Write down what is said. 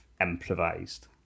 improvised